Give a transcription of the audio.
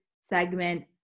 segment